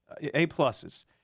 A-pluses